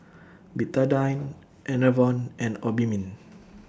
Betadine Enervon and Obimin